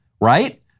Right